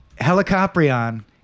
Helicoprion